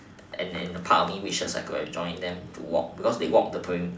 and and part of me wishes I could have join them to walk because they walk the perim~